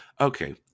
Okay